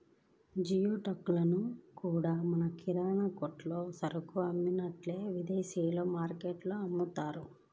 geoduck లను కూడా మన కిరాణా కొట్టుల్లో సరుకులు అమ్మినట్టే విదేశాల్లో మార్టుల్లో అమ్ముతున్నారు